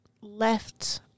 left